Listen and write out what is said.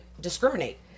discriminate